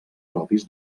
propis